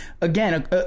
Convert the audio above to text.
again